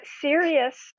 serious